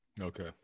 Okay